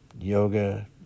yoga